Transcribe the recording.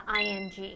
ing